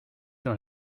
dans